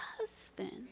husband